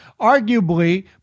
arguably